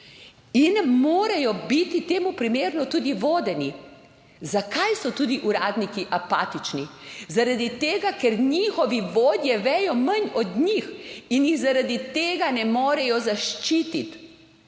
in morajo biti temu primerno tudi vodeni. Zakaj so tudi uradniki apatični, zaradi tega, ker njihovi vodje vedo manj od njih in jih zaradi tega ne morejo zaščititi.